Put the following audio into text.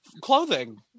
clothing